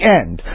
end